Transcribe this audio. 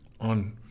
on